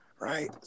Right